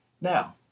Now